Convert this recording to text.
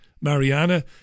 Mariana